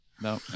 No